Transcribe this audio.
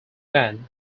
man